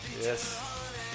Yes